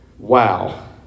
Wow